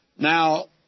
Now